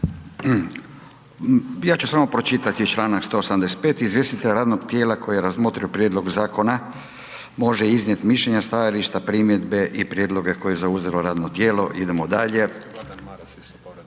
Ja ću samo pročitati čl. 185. izvjestitelja radnog tijela koji je razmotrio prijedlog zakona može iznijet mišljenja, stajališta, primjedbe i prijedloge koje je zauzelo radno tijelo. Idemo dalje,